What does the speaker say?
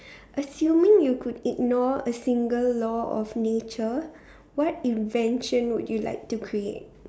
assuming you could ignore a single law of nature what invention would you like to create